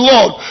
Lord